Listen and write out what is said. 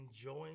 enjoying